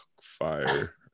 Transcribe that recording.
fire